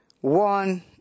one